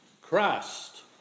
Christ